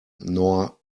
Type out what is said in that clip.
nor